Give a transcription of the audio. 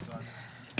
שלום לכולם.